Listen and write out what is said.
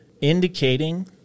indicating